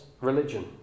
religion